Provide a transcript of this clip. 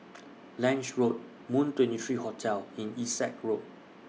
Lange Road Moon twenty three Hotel and Essex Road